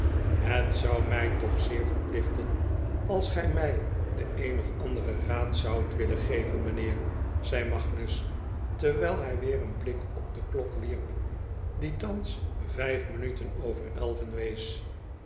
het zou mij toch zeer verplichten als gij mij den een of anderen raad zoudt willen geven mijnheer zei magnus terwijl hij weer een blik op de klok wierp die thans vijf minuten over elven wees